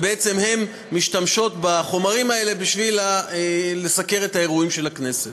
והן משתמשות בחומרים האלה בשביל לסקר את האירועים של הכנסת.